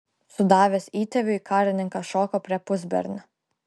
sudavęs įtėviui karininkas šoko prie pusbernio